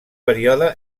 període